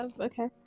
Okay